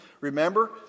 Remember